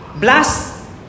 Blast